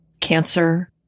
cancer